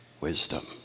wisdom